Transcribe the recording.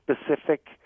specific